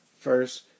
first